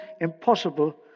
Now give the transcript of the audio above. impossible